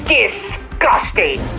disgusting